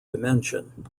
dimension